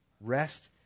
Rest